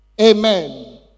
Amen